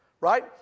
right